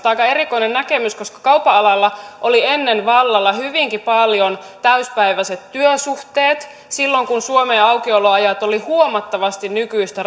aika erikoinen näkemys koska kaupan alalla olivat ennen vallalla hyvinkin paljon täysipäiväiset työsuhteet silloin kun suomen aukioloajat olivat huomattavasti nykyistä